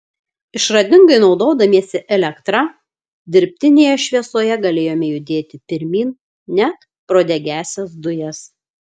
išradingai naudodamiesi elektra dirbtinėje šviesoje galėjome judėti pirmyn net pro degiąsias dujas